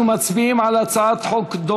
63 בעד, אין מתנגדים.